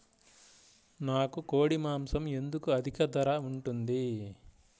నాకు కోడి మాసం ఎందుకు అధిక ధర ఉంటుంది?